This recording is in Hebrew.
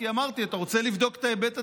כי אמרתי: אתה רוצה לבדוק את ההיבט התקציבי.